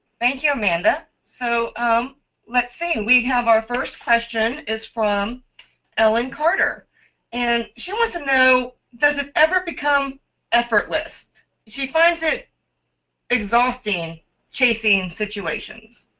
thank you, amanda so let's see we have our first question is from ellen carter and she wants to know does it ever become effortless? she finds it exhausting chasing situations.